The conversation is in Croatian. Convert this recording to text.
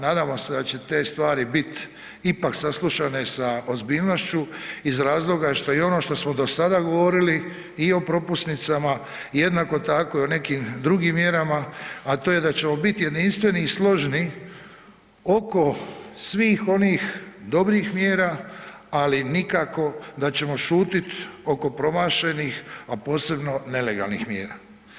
Nadamo se da će te stvari bit ipak saslušane sa ozbiljnošću iz razloga što i ono što smo do sada govorili i o propusnicama jednako tako i o nekim drugim mjerama, a to je da ćemo biti jedinstveni i složni oko svih onih dobrih mjera, ali nikako da ćemo šutit oko promašenih, a posebno nelegalnih mjera.